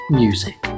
music